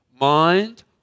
Mind